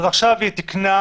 עכשיו היא תיקנה